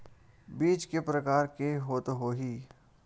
बीज के प्रकार के होत होही?